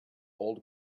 old